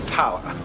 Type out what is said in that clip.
power